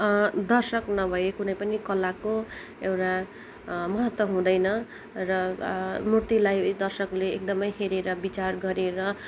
दर्शक नभए कुनै पनि कलाको एउटा महत्त्व हुँदैन र मूर्तिलाई दर्शकले एकदमै हेरेर विचार गरेर